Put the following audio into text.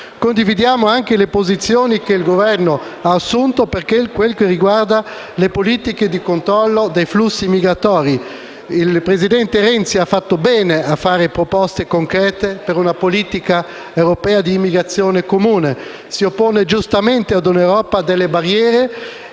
Condividiamo anche le posizioni che il Governo ha assunto per quel che riguarda le politiche di controllo dei flussi migratori. Il presidente Renzi ha fatto bene a fare proposte concrete per una politica europea di immigrazione comune. Si oppone giustamente ad un'Europa delle barriere